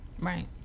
Right